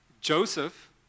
Joseph